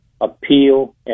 Appeal